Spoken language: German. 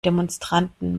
demonstranten